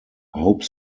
hope